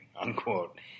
unquote